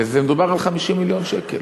ומדובר ב-50 מיליון שקל.